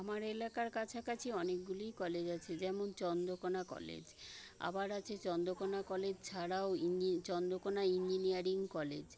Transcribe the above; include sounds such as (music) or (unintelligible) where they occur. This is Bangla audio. আমার এলাকার কাছাকাছি অনেগুলিই কলেজ আছে যেমন চন্দ্রকোনা কলেজ আবার আছে চন্দ্রকোনা কলেজ ছাড়াও (unintelligible) চন্দ্রকোনা ইঞ্জিনিয়ারিং কলেজ